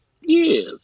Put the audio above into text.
Yes